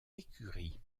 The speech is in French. écuries